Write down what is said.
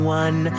one